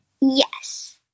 Yes